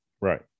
right